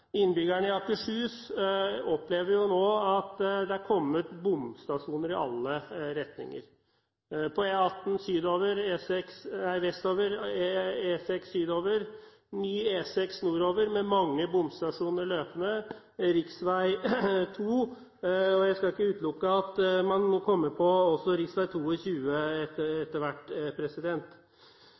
Innbyggerne i Akershus opplever nå at det er kommet bomstasjoner i alle retninger. På E18 vestover, E6 sydover, ny E6 nordover, med mange bomstasjoner løpende, rv. 2, og jeg skal ikke utelukke at man kommer på rv. 22 også etter hvert.